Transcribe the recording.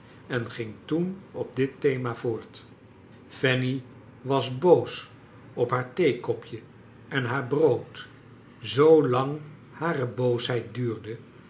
en ging toen op dit thema voort fanny was boos op haar theekopje en haar brood zoolang hare boosheid duurde